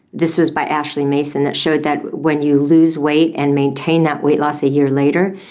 this was by ashley mason, that showed that when you lose weight and maintain that weight loss a year later,